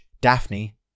Daphne